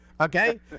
Okay